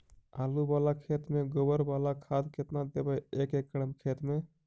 आलु बाला खेत मे गोबर बाला खाद केतना देबै एक एकड़ खेत में?